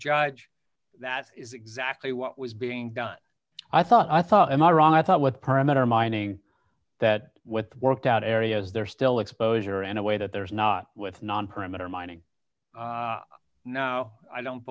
judge that is exactly what was being done i thought i thought am i wrong i thought what parameter mining that with worked out areas they're still exposure in a way that there is not with non perimeter mining now i don't